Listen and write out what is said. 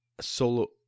Solo